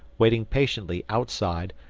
waiting patiently outside,